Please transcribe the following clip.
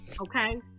okay